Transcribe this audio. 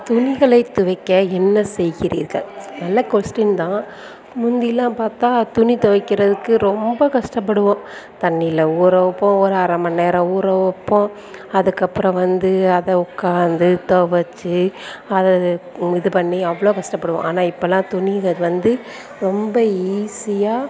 துணிகளை துவைக்க என்ன செய்கிறீர்கள் நல்ல கொஸ்டின் தான் முந்திலாம் பார்த்தா துணி துவைக்கிறதுக்கு ரொம்ப கஷ்டப்படுவோம் தண்ணியில ஊற வைப்போம் ஒரு அரமணி நேரம் ஊற வைப்போம் அதுக்கப்புறம் வந்து அதை உட்காந்து துவச்சி அதை இது பண்ணி அவ்வளோ கஷ்டப்படுவோம் ஆனால் இப்பலாம் துணிக வந்து ரொம்ப ஈஸியாக